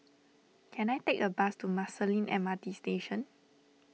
can I take a bus to Marsiling M R T Station